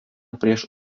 prieš